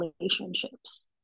relationships